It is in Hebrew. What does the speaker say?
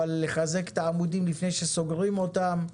אבל לחזק את העמודים לפני שסוגרים אותם,